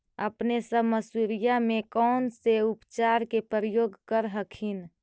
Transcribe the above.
अपने सब मसुरिया मे कौन से उपचार के प्रयोग कर हखिन?